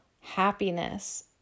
happiness